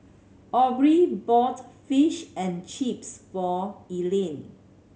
Aubree bought Fish and Chips for Elian